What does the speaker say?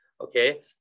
Okay